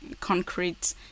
concrete